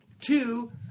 two